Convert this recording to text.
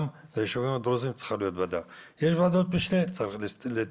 אם התושב יישאר בתחושה של אי